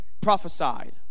prophesied